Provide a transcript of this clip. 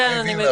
גם